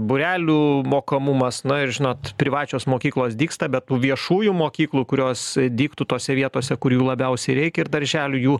būrelių mokumas na ir žinot privačios mokyklos dygsta bet tų viešųjų mokyklų kurios dirbtų tose vietose kur jų labiausiai reikia ir darželių jų